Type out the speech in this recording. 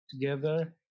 together